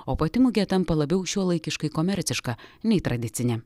o pati mugė tampa labiau šiuolaikiškai komerciška nei tradicinė